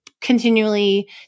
continually